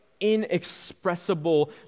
inexpressible